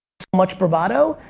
much bravado.